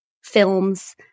films